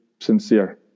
sincere